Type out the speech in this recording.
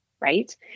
right